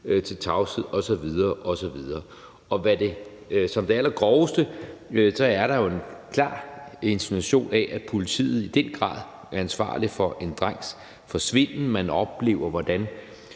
til tavshed osv. osv. Og som det allergroveste er der jo en klar insinuation af, at politiet i den grad er ansvarlig for en drengs forsvinden. Man oplever, hvordan